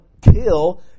kill